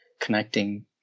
connecting